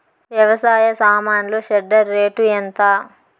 వ్యవసాయ సామాన్లు shredder rate ఎంత?